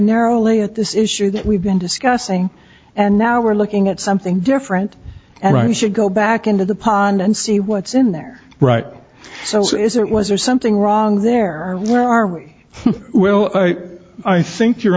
narrowly at this issue that we've been discussing and now we're looking at something different and i should go back into the pond and see what's in there right so is it was there something wrong there or are we well i think you